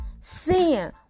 sin